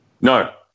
No